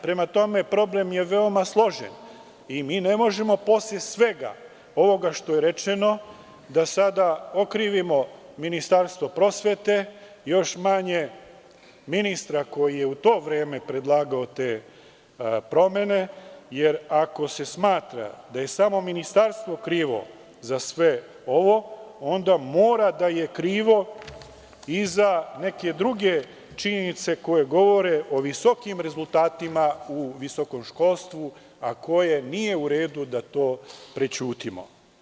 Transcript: Prema tome, problem je veoma složen i mine možemo posle svega ovoga što je rečeno da sada okrivimo Ministarstvo prosvete, još manje ministra koji je u to vreme predlagao te promene, jer ako se smatra da je samo ministarstvo krivo za sve ovo, onda mora da je krivo i za neke druge činjenice koje govore o visokim rezultatima u visokom školstvu, a koje nije u redu da to prećutimo.